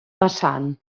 vessant